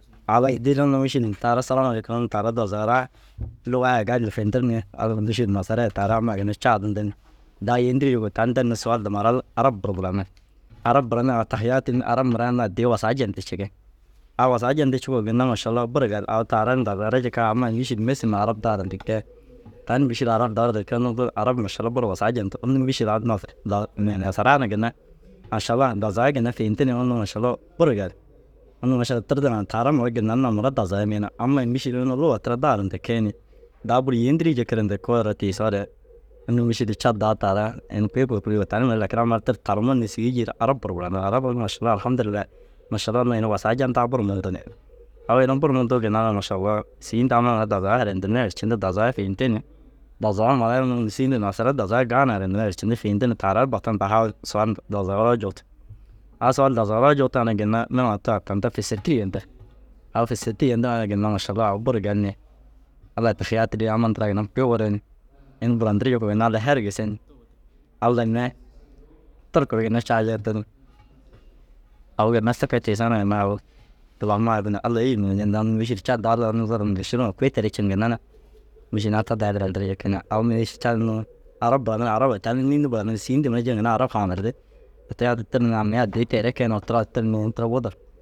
Au bahi dêezem nuruu mîšil taara salamalekum unnu taara dazagaraa luga ai galli fintir ni ara unnu mîšil nasara ye taara ye amma ye ginna caadinti ni daa yêendirii jikuu tan den ni suwal du mura ru arab duro buranir. Arab buranirŋare tahiyaatin arab mire unnu addii wasaa jentii ciki. Au wasaa jentii cikuu ginna mašalla buru gali. Au taaran dazaga jika amai mîšil suma arab daare nda kee. Tani mîšil arab daarde kee unnu buru arab mašalla buru wasaa jentu. Unnu mîšil inii nasaraa na ginna mašalla dazaga ginna fiinti ni unnu mašallau buru gali. Unnu mašalla dirdiŋa ru taara mura ginnan na mura dazaga miina. Amai mîšil unnu luga daare nda kee ni daa buru yêentirii jikire nda koore tiisoore unnu mîšil Cad daa taara ini kui kurukurugire tani mire lakin amma ru tir talumur ni sîi jiir arab buru buranir. Arab ru unnu mašalla alhamdillai mašalla unnu ina wasaa jentaa buru muntu ni. Au ina buru muntuu ginna na mašalla sîin du ammaa ginna dazaga haraitinne ru ercintu dazaga finti ni dazaga mura ru unnu sîin nu nasara dazaga gaa na hanaitinne ru ercintu fiinti ni taara ru batan dahaaba suwal huntu dazagara u juutu. Au suwal dazagara u juutu ŋa na ginna nima ta tinta fêsertir yentir. Au fêsertir yentir ŋa na ginna mašallau au buru gali ni. Allai tahiyaati ri amma ntiraa ginna kui wure ni. Ini burantirii jikuu ginna Allai her gise ni. Allai mire turku ru ginna caajeeti ni au ginna te kee tiisoo na ginna au dila ammaa ginna Allai êyir ñente. Unnu mîšil Cad daa Allai unnu zal mušuri ma kui terii ciŋa ginna na mîšil au te daa dirayandirii jiki na. Au mire mîšil Cad unnu arab buranirii arab ye tani unnu înni buranirig? Sîin du mire jiŋa ginna arab haanirdi. Ti kee di tir ni amii addii teere keenoo tira tir ni ini tira wudur.